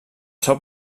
seu